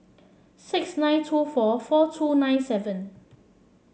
six nine two four four two nine seven